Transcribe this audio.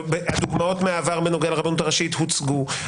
הדוגמאות מהעבר בנוגע לרבנות הראשית הוצגו.